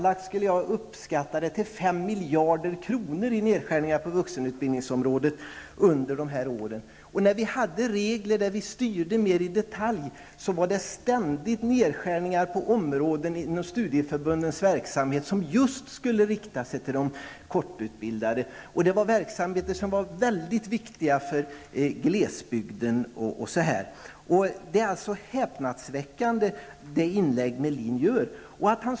Jag skulle uppskatta det till sammanlagt 5 miljarder kronor i nedskärningar på vuxenutbildningsområdet under dessa år. När vi hade regler som innebar att vi styrde mer i detalj, var det ständigt nedskärningar på områden inom studieförbundens verksamhet, som skulle rikta sig mot de kortutbildade. Det var också verksamheter som var mycket viktiga för glesbygden. Det inlägg som Ulf Melin gör är häpnadsväckande.